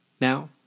Now